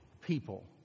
people